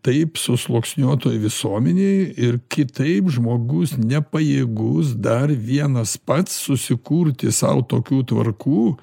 taip susluoksniuotoj visuomenėj ir kitaip žmogus nepajėgus dar vienas pats susikurti sau tokių tvarkų